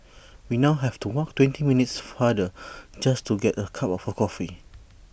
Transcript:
we now have to walk twenty minutes farther just to get A cup of A coffee